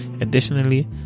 Additionally